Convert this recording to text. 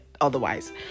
otherwise